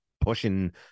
pushing